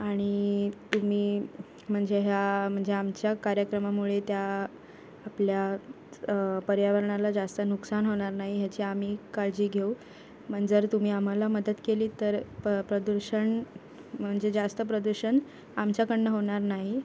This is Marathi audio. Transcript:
आणि तुम्ही म्हणजे ह्या म्हणजे आमच्या कार्यक्रमामुळे त्या आपल्या पर्यावरणाला जास्त नुकसान होणार नाही ह्याची आम्ही काळजी घेऊ पण जर तुम्ही आम्हाला मदत केली तर प प्रदूषण म्हणजे जास्त प्रदूषण आमच्याकडून होणार नाही